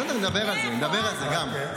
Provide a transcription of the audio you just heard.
בסדר, נדבר על זה גם.